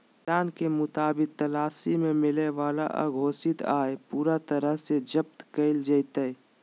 ऐलान के मुताबिक तलाशी में मिलय वाला अघोषित आय पूरा तरह से जब्त कइल जयतय